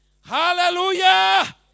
Hallelujah